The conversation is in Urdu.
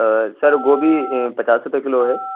سر گوبھی پچاس روپے کلو ہے